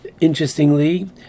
interestingly